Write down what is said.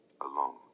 alone